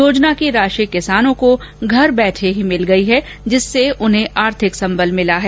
योजना की राशि किसानों को घर बैठक ही मिल गई है जिससे उन्हें आर्थिक संबल मिला है